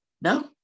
no